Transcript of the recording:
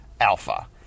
Alpha